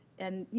and, yeah